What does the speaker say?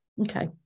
okay